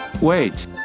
Wait